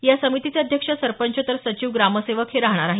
या समितीचे अध्यक्ष सरपंच तर सचिव ग्रामसेवक हे राहणार आहेत